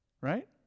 right